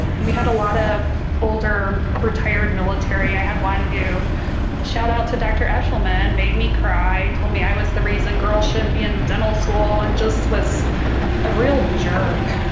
we had a lot of older retired military i had one who shout out to dr. eshleman made me cry told me i was the reason girls shouldn't be in dental school and just was a real jerk